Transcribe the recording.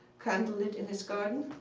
candlelit in his garden.